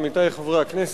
עמיתי חברי הכנסת,